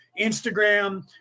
Instagram